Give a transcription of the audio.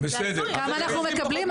גם אנחנו מקבלים,